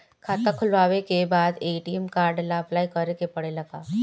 खाता खोलबाबे के बाद ए.टी.एम कार्ड ला अपलाई करे के पड़ेले का?